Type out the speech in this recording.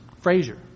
Frazier